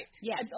Yes